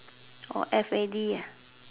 orh F A D ah